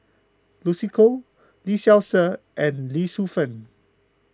Lucy Koh Lee Seow Ser and Lee Shu Fen